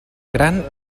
gran